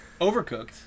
Overcooked